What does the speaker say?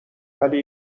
ولی